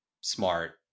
smart